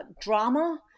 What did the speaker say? drama